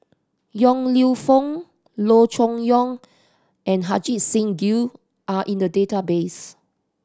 Yong Lew Foong Loo Choon Yong and Ajit Singh Gill are in the database